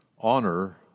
Honor